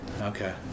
Okay